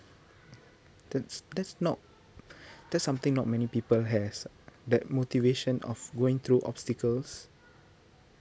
that's that's not that's something not many people has that motivation of going through obstacles